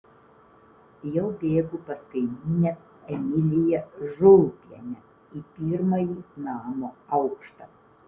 jau bėgu pas kaimynę emiliją žulpienę į pirmąjį namo aukštą